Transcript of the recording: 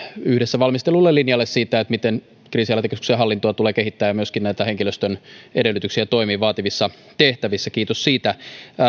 yhdessä valmistellulle linjalle siitä miten kriisinhallintakeskuksen hallintoa tulee kehittää ja myöskin näitä henkilöstön edellytyksiä toimia vaativissa tehtävissä kiitos siitä